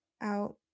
out